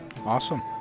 Awesome